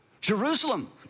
Jerusalem